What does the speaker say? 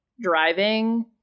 driving